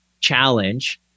challenge